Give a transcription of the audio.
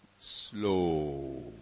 slow